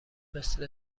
مثل